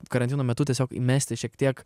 karantino metu tiesiog įmesti šiek tiek